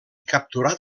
capturar